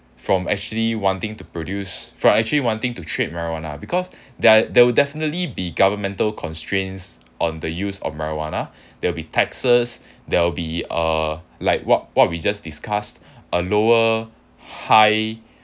from actually wanting to produce for actually wanting to trade marijuana because there there would definitely be governmental constraints on the use of marijuana they'll be taxes there will be uh like what what we just discussed a lower high